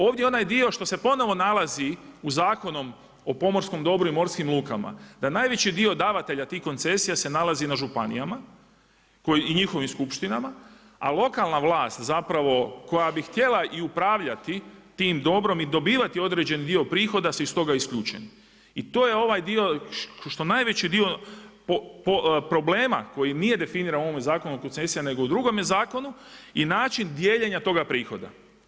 Ovdje onaj dio što se ponovno nalazi u Zakonu o pomorskom dobru i morskim lukama, da najveći dio davatelja tih koncesija se nalazi na županijama, i njihovim skupštinama, a lokalna vlast zapravo koja bi htjela i upravljati tim dobrom i dobivati određeni dio prihoda se i toga isključeni i to je ovaj dio što najveći dio problema koji nije definiran po ovom Zakonu o koncesiji nego u drugome zakonu, i način dijeljenja toga prihoda.